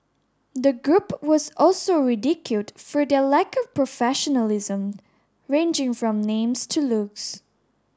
the group was also ridiculed for their lack of professionalism ranging from names to looks